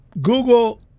Google